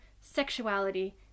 sexuality